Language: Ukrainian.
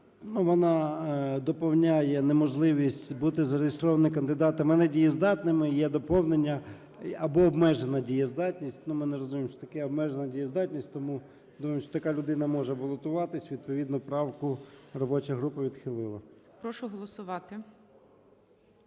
Вона доповнює неможливість бути зареєстрованими кандидатами недієздатними, є доповнення: або обмежена дієздатність. Але ми не розуміємо, що таке "обмежена дієздатність", тому думаємо, що така людина може балотуватися. Відповідно правку робоча група відхилила.